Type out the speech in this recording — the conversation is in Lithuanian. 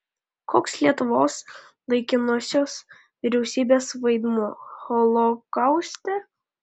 koks lietuvos laikinosios vyriausybės vaidmuo holokauste